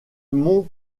mont